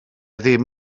ddim